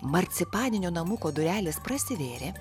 marcipaninio namuko durelės prasivėrė